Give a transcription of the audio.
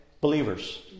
believers